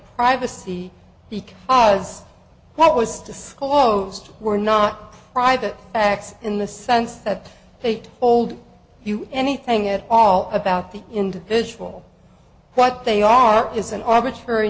privacy because what was disclosed were not private acts in the sense that they told you anything at all about the individual what they are is an arbitrary